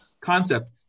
concept